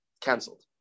Cancelled